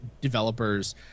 developers